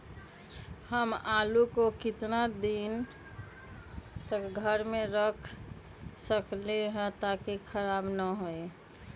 हम आलु को कितना दिन तक घर मे रख सकली ह ताकि खराब न होई?